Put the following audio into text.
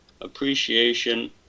appreciation